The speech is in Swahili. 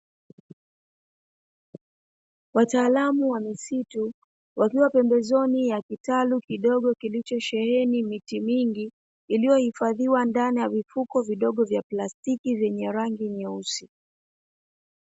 Wataalamu wa misitu wakiwa pembezoni mwa kitalu, kidogo kilicho sheheni miti mingi, iliyo hifadhiwa ndani ya vifuko vidogo vya plastiki vyenye rangi nyeusi.